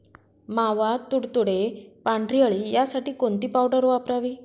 मावा, तुडतुडे, पांढरी अळी यासाठी कोणती पावडर वापरावी?